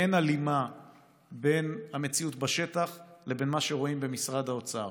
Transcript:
שאין הלימה בין המציאות בשטח לבין מה שרואים במשרד האוצר.